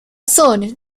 sun